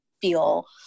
feel